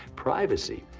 privacy.